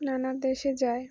নানা দেশে যায়